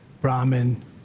Brahmin